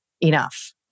enough